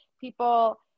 people